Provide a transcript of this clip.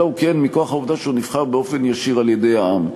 אלא הוא כיהן מכוח העובדה שהוא נבחר באופן ישיר על-ידי העם.